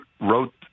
wrote